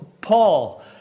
Paul